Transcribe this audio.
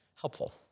helpful